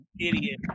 idiot